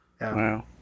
Wow